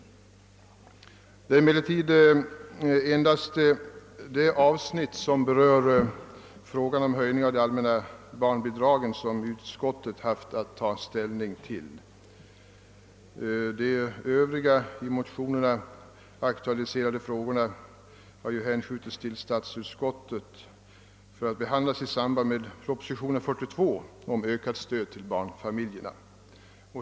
Utskottet har endast haft att ta ställning till det avsnitt som berör frågan om höjning av de allmänna barnbidragen; de övriga i motionerna aktualiserade frågorna har hänskjutits till statsutskottet för att behandlas i samband med propositionen nr 42 om ökat stöd till barnfamiljerna.